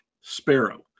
Sparrow